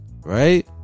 Right